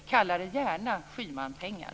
Kalla det gärna Schymanpengar.